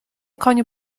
koniu